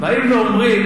באים ואומרים